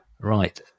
Right